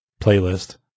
playlist